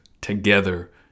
together